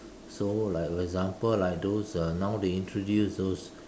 so like for example like those uh now they introduce those